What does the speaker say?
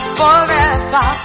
forever